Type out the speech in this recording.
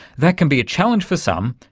that can be a challenge for some,